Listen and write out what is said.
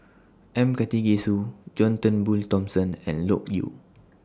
M Karthigesu John Turnbull Thomson and Loke Yew